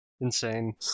insane